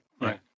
right